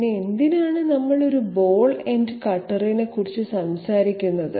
പിന്നെ എന്തിനാണ് നമ്മൾ ഒരു ബോൾ എൻഡ് കട്ടറിനെക്കുറിച്ച് സംസാരിക്കുന്നത്